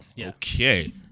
Okay